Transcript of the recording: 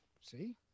See